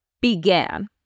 began